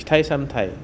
फिथाइ सामथाइ